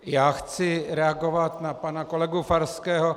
Já chci reagovat na pana kolegu Farského.